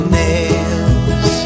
nails